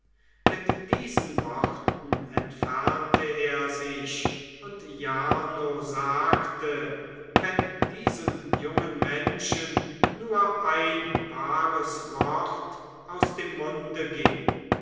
mit diesen worten entfernte er sich und jarno sagte wenn diesem jungen menschen nur ein wahres wort aus dem munde ginge